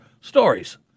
stories